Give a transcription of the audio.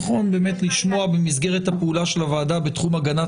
נכון לשמוע במסגרת הפעולה של הוועדה בתחום הגנת